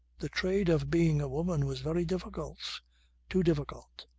the trade of being a woman was very difficult too difficult.